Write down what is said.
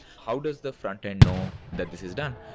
how does the frontend know that this is done?